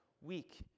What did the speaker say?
weak